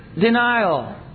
denial